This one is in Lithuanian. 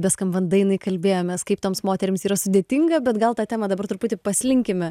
beskambant dainai kalbėjomės kaip toms moterims yra sudėtinga bet gal tą temą dabar truputį paslinkime